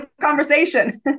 conversation